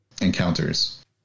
encounters